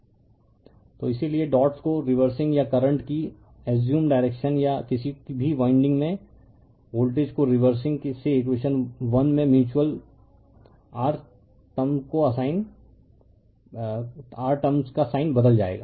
refer slide time 2005 तो इसीलिए dots को रीवर्सिंग या करंट की अस्युम डायरेक्शन या किसी भी वाइंडिंग में वोल्टेज को रीवर्सिंग से इकवेशन 1 में म्यूच्यूअल r टर्म्स का साइन बदल जाएगा